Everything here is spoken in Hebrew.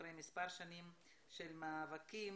אחרי מספר שנים של מאבקים,